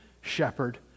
shepherd